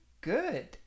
good